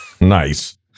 Nice